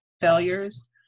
failures